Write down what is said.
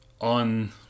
on